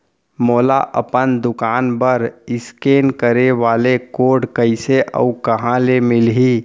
मोला अपन दुकान बर इसकेन करे वाले कोड कइसे अऊ कहाँ ले मिलही?